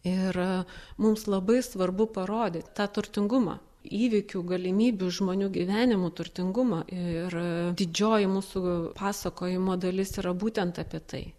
ir mums labai svarbu parodyt tą turtingumą įvykių galimybių žmonių gyvenimų turtingumą ir didžioji mūsų pasakojimo dalis yra būtent apie tai